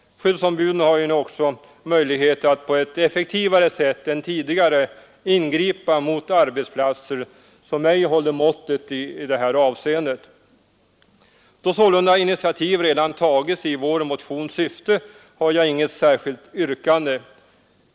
Skyddsombuden har ju nu också möjlighet att på ett effektivare sätt än tidigare ingripa mot arbetsplatser som ej håller måttet i det här avseendet. Då sålunda initiativ redan tagits i vår motions syfte, har jag inget särskilt yrkande.